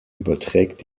überträgt